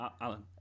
Alan